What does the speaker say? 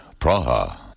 Praha